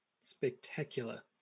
Spectacular